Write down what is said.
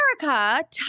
America